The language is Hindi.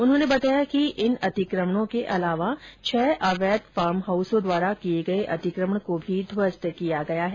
उन्होंने बताया कि इन अतिक्रमणों के अलावा छः अवैध फार्म हाउसों द्वारा किए गए अतिक्रमण को भी ध्वस्त किया गया है